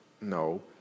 No